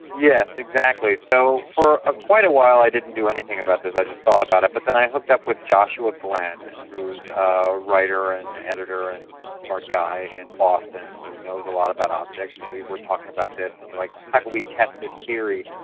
yes, exactly. so for ah quite a while i didn't do anything about this, i just thought about it, but then i hooked up with joshua glenn who is a writer and editor and smart guy in boston who knows a lot about objects, and we were talking about this and, like, how can we test this theory.